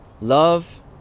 Love